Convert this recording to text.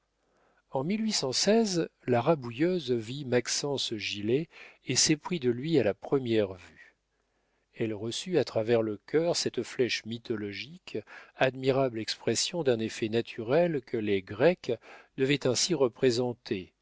en la rabouilleuse vit maxence gilet et s'éprit de lui à la première vue elle reçut à travers le cœur cette flèche mythologique admirable expression d'un effet naturel que les grecs devaient ainsi représenter